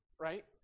right